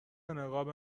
نقاب